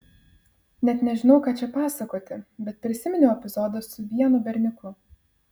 net nežinau ką čia pasakoti bet prisiminiau epizodą su vienu berniuku